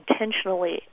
intentionally